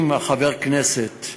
אם חבר הכנסת יבקש,